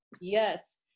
yes